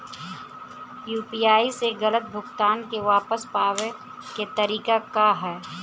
UPI से गलत भुगतान के वापस पाये के तरीका का ह?